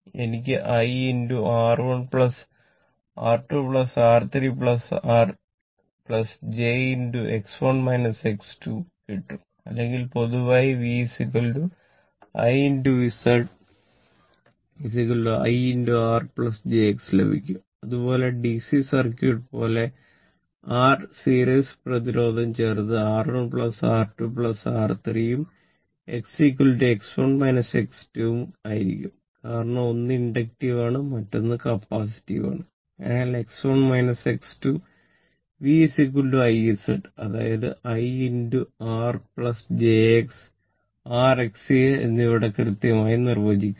എനിക്ക് I R1 R2 R3 j R X എന്നിവ ഇവിടെ കൃത്യമായി നിർവചിച്ചിരിക്കുന്നു